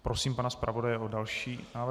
Prosím pana zpravodaje o další návrh.